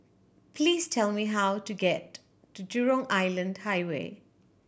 please tell me how to get to Jurong Island Highway